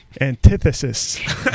antithesis